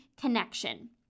connection